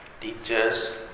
Teachers